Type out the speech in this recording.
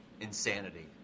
insanity